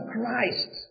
Christ